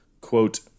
quote